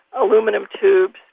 aluminium tubes,